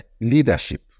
leadership